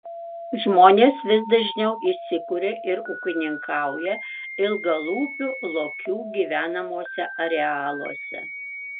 žmonės vis dažniau įsikuria ir ūkininkauja ilgalūpių lokių gyvenamuose arealuose